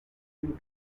you